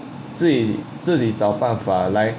自己自己找办法来